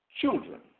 children